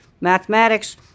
mathematics